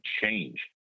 change